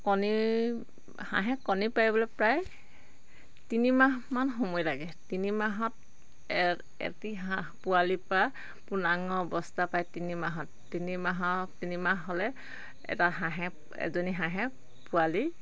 কণী হাঁহে কণী পাৰিবলৈ প্ৰায় তিনিমাহমান সময় লাগে তিনিমাহত এটি হাঁহ পোৱালিৰপৰা পূৰ্ণাঙ্গ অৱস্থা পায় তিনিমাহত তিনিমাহত তিনিমাহ হ'লে এটা হাঁহে এজনী হাঁহে পোৱালি